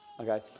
Okay